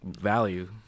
value